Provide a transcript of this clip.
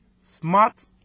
smart